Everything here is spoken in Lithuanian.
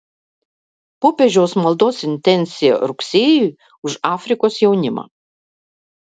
popiežiaus maldos intencija rugsėjui už afrikos jaunimą